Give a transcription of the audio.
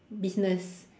business